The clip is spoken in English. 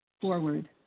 forward